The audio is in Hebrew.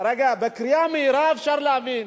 אפשר להבין,